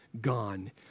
gone